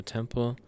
Temple